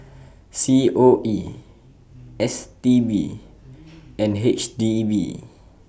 C O E S T B and H D B